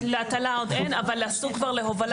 להטלה עוד אין אבל כבר עשו להובלה,